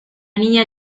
niña